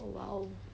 oh !wow!